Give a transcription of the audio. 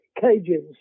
cages